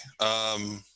Okay